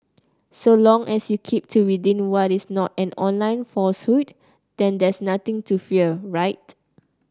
so long as you keep to within what is not an online falsehood then there's nothing to fear right